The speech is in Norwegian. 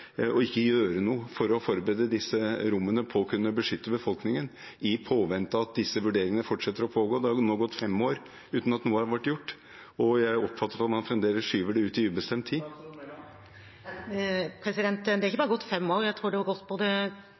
ikke gjøre noe for å forberede disse rommene på å kunne beskytte befolkningen – i påvente av at disse vurderingene fortsetter å pågå? Det har nå gått fem år uten at noe har vært gjort, og jeg oppfatter at man fremdeles skyver det ut i ubestemt tid. Det har ikke bare gått fem år, jeg tror det har gått